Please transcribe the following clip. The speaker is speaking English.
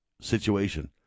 situation